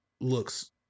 looks